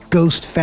Ghost